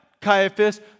Caiaphas